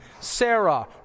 Sarah